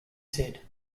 said